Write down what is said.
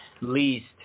least